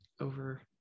over